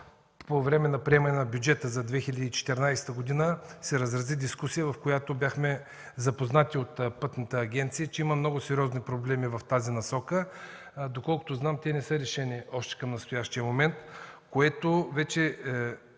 по време на приемане на бюджета за 2014 г. се разрази дискусия, в която бяхме запознати от Пътната агенция, че има много сериозни проблеми в тази насока. Доколкото знам, те още не са решени към настоящия момент и това вече